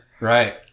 Right